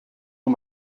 aux